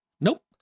Nope